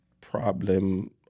problem